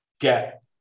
get